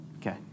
Okay